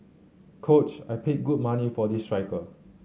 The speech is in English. coach I paid good money for this striker